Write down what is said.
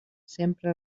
sempre